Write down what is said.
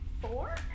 Four